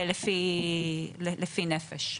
לפי נפש.